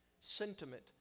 sentiment